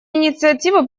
инициативы